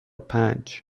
پنج